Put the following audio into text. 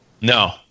No